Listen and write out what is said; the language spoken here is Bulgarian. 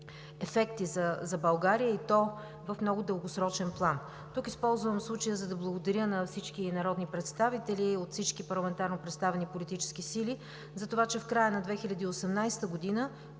ефекти за България, и то в много дългосрочен план. Тук използвам случая, за да благодаря на всички народни представители от всички парламентарни представени политически сили за това, че в края на 2018 г. ни